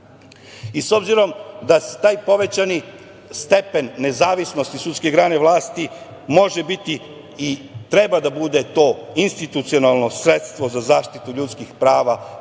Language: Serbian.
i s obzirom da taj povećani stepen nezavisnosti sudske grane vlasti može biti i treba da bude to institucionalno sredstvo za zaštitu ljudskih prava